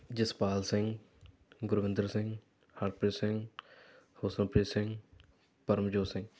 Jaspal Singh Gurvinder Singh Harpreet Singh Husanpreet Singh Paramjot Singh